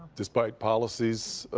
despite policies,